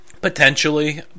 Potentially